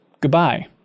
Goodbye